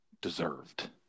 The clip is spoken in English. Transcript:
deserved